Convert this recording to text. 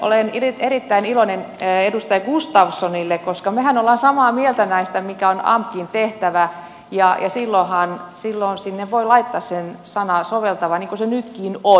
olen erittäin iloinen koska mehän olemme samaa mieltä siitä mikä on amkn tehtävä ja silloinhan sinne voi laittaa sen sanan soveltava niin kuin se nytkin on